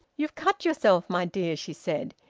you've cut yourself, my dear, she said,